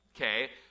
okay